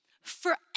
forever